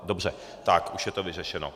Dobře, už je to vyřešeno.